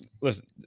Listen